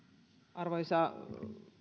arvoisa